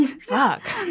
Fuck